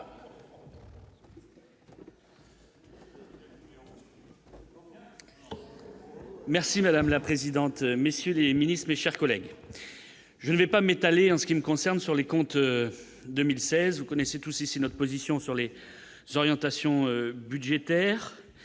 Merci madame la présidente, messieurs les ministres, mes chers collègues, je vais pas m'étaler en ce qui me concerne, sur les comptes 2016 : vous connaissez tous, si c'est notre position sur les orientations budgétaires